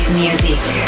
music